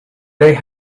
they